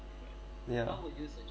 yeah